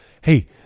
hey